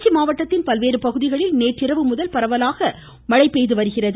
திருச்சி மாவட்டத்தில் பல்வேறு பகுதிகளில் நேற்றுஇரவு முதல் பரவலாக மிதமான மழை பெய்துவருகிறது